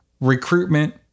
recruitment